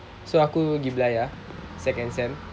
so aku gi belayar second sem